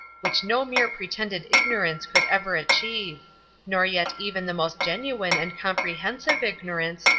which no mere pretended ignorance could ever achieve nor yet even the most genuine and comprehensive ignorance,